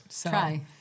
Try